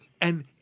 And-